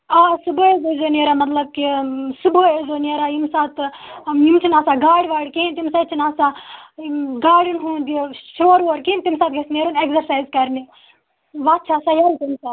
آ صبحٲے حظ ٲس زیو نیران مطلب کہِ صبحاے ٲس زیو نیران یمہِ ساتہٕ یِم چھنہٕ آسان گاڑٕ واڑٕ کِہیٖنۍ تَمہِ ساتہٕ چھُنہٕ آسان گاڑٮ۪ن ہُند یہِ شور وور کِہیٖنۍ تَمہِ ساتہٕ گَژھہِ نیرُن ایکزَرسایز کَرنہِ وَتھ چھِ آسان یَلہٕ تمہِ ساتہٕ